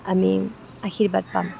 আমি আৰ্শীবাদ পাম